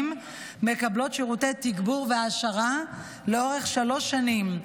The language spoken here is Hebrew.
מקבלות שירותי תגבור והעשרה לאורך שלוש שנים,